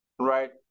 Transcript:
Right